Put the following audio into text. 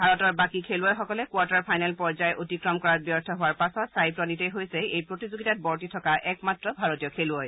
ভাৰতৰ বাকী খেলুৱৈসকলে কোৱাৰ্টাৰ ফাইনেলৰ পৰ্যায় অতিক্ৰম কৰাত ব্যৰ্থ হোৱাৰ পাছত ছাই প্ৰণিতেই হৈছে এই প্ৰতিযোগিতাত বৰ্তি থকা একমাত্ৰ ভাৰতীয় খেলুৱৈ